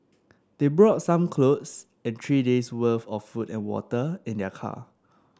they brought some clothes and three days' worth of food and water in their car